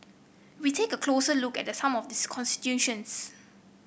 we take a closer look at some of these constituencies